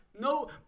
No